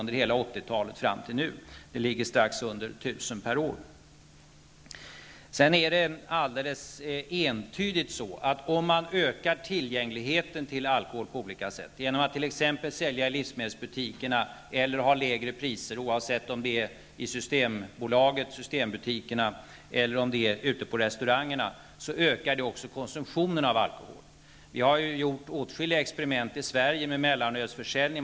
Det ligger strax under 1 000 Sedan framgår det entydigt, att om man ökar tillgängligheten till alkohol på olika sätt, t.ex. genom att sälja den i livsmedelsbutiker eller ha lägre priser oavsett om det är i systembutiker eller ute på restauranger, ökar också konsumtionen av alkohol. Vi har gjort åtskilliga experiment i Sverige med mellanölsförsäljning.